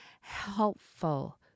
helpful